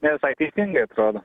nevisai teisingai atrodo